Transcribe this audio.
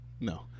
No